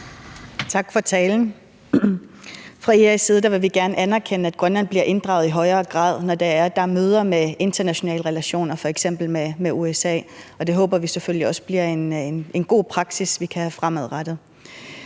Tak for talen. Fra IA's side vil vi gerne anerkende, at Grønland bliver inddraget i højere grad, når der er møder med internationale samarbejdspartnere, f.eks. USA, og det håber vi selvfølgelig også bliver en god praksis, vi skal have fremadrettet.